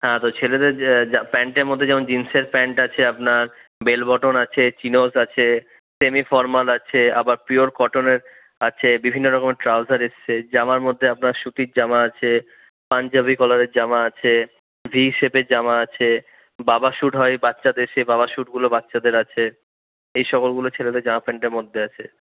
হ্যাঁ তো ছেলেদের যে যে প্যান্টের মধ্যে যেমন জিন্সের প্যান্ট আছে আপনার বেল বটম আছে চিনজ আছে সেমি ফরমাল আছে আবার পিওর কটনের আছে বিভিন্নরকমের ট্রাউসার আছে জামার মধ্যে আপনার সুতির জামা আছে পাঞ্জাবী কলারের জামা আছে ভি শেপের জামা আছে বাবা স্যুট হয় বাচ্চাদের সেই বাবা স্যুটগুলো বাচ্চাদের আছে এই সকলগুলো ছেলেদের জামা প্যান্টের মধ্যে আছে